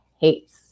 hates